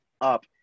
up